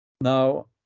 Now